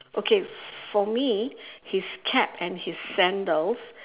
okay for me his cap and his sandals